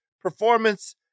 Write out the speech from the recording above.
performance